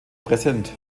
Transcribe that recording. präsent